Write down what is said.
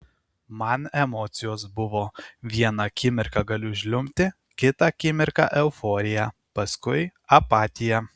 man emocijos buvo vieną akimirką galiu žliumbti kitą akimirką euforija paskui apatija